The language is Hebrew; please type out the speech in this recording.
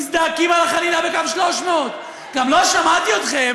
מזדעקים על החנינה בקו 300. גם לא שמעתי אתכם,